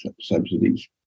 subsidies